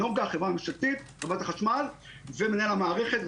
נוגה החברה הממשלתית ומנהל המערכת,